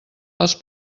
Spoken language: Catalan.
els